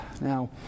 Now